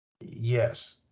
Yes